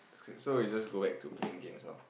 so we just go back to playing games loh